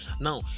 now